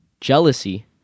jealousy